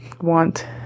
want